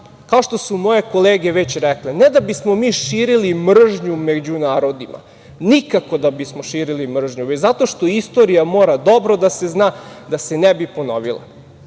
Kao što su moje kolege već rekle, ne da bismo mi širili mržnju među narodima, nikako da bismo širili mržnju, već zato što istorija mora dobro da se zna da se ne bi ponovila. Zna